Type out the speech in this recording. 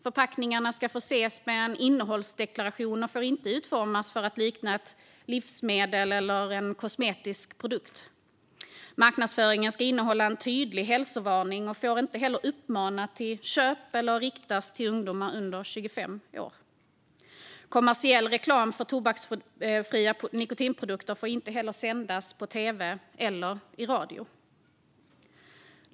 Förpackningarna ska förses med en innehållsdeklaration och får inte utformas för att likna ett livsmedel eller en kosmetisk produkt. Marknadsföringen ska innehålla en tydlig hälsovarning och får inte uppmana till köp eller riktas till ungdomar under 25 år. Kommersiell reklam för tobaksfria nikotinprodukter får inte heller sändas på tv eller i radio.